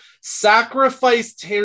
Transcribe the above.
sacrificed